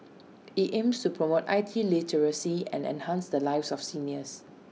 IT aims to promote I T literacy and enhance the lives of seniors